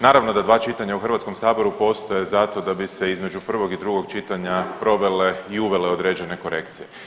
Naravno da dva čitanja u Hrvatskom saboru postoje zato da bi se između prvog i drugog čitanja provele i uvele određene korekcije.